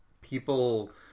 people